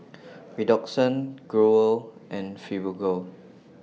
Redoxon Growell and Fibogel